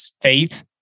faith